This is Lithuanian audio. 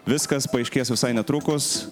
viskas paaiškės visai netrukus